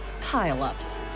pile-ups